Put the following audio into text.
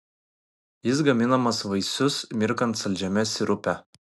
jis gaminamas vaisius mirkant saldžiame sirupe